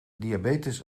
diabetes